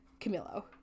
Camilo